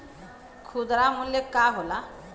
खुदरा मूल्य का होला?